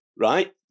right